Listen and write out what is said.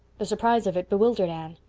the surprise of it bewildered anne.